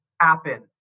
happen